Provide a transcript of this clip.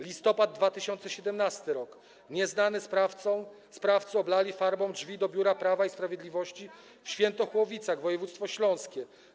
Listopad 2017 r. Nieznani sprawcy oblali farbą drzwi do biura Prawa i Sprawiedliwości w Świętochłowicach, województwo śląskie.